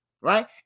Right